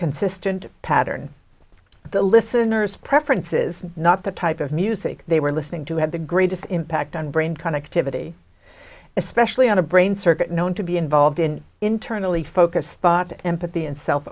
consistent pattern the listener's preferences not the type of music they were listening to had the greatest impact on brain connectivity especially on a brain circuit known to be involved in internally focused empathy and self